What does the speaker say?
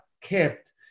kept